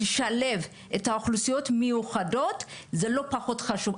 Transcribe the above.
לשלב אוכלוסיות מיוחדות זה לא פחות חשוב.